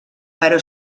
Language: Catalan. però